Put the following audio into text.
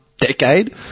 decade